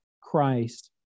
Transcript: Christ